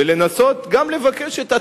ולנסות גם לבקש את עצתכם,